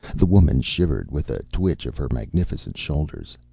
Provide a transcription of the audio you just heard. the woman shivered with a twitch of her magnificent shoulders,